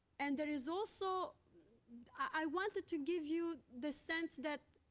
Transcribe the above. and there is also i wanted to give you the sense that